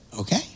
okay